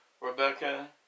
Rebecca